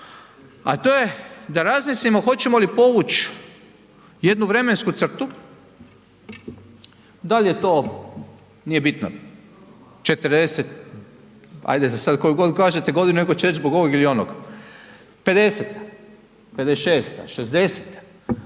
a to je da razmislimo hoćemo li povuć jednu vremensku crtu, dal' je to nije bitno, 40 ajde za sad, koju god da kažete godinu, neko će reć zbog ovog ili onog, '50., '56., '60.